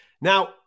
Now